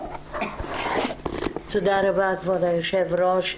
תודה רבה, כבוד היושב-ראש.